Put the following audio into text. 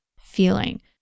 feeling